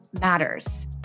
matters